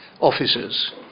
officers